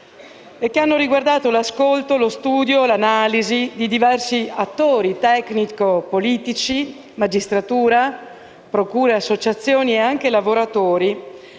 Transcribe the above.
e che hanno riguardato l'ascolto, lo studio e l'analisi di diversi attori tecnici, politici, magistratura, procure, associazioni e anche lavoratori.